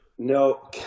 No